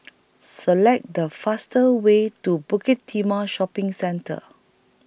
Select The faster Way to Bukit Timah Shopping Centre